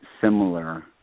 similar